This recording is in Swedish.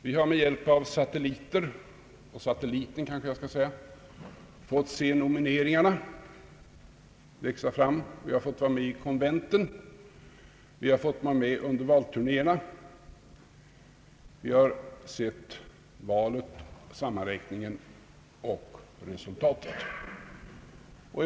Vi har med hjälp av satelliten fått se nomineringarna växa fram, vi har fått vara med vid konventen, vi har fått vara med under valturnéerna, vi har sett valet, sammanräkningen och resultatet.